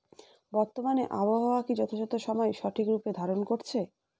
বর্তমানে আবহাওয়া কি যথাযথ সময়ে সঠিক রূপ ধারণ করছে?